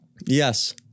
Yes